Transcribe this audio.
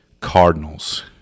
Cardinals